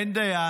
אין דיין.